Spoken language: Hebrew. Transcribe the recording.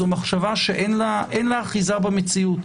זו מחשבה שאין לה אחיזה במציאות.